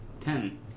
Ten